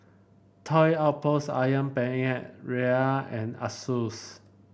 Toy Outpost ayam Penyet Ria and Asus